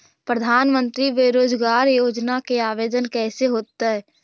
प्रधानमंत्री बेरोजगार योजना के आवेदन कैसे होतै?